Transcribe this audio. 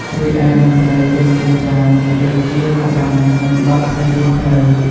រីឯតន្ត្រីជនជាតិចាមមានដូចជារបាំ និងបទប្រជាប្រិយ។